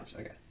Okay